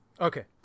Okay